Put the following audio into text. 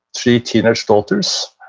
three teenage daughters,